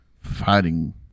Fighting